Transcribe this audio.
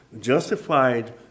justified